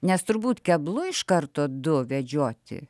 nes turbūt keblu iš karto du vedžioti